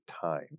time